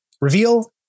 reveal